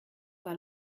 war